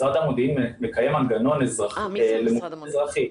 משרד המודיעין מקיים מנגנון למוכנות אזרחית,